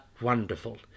wonderful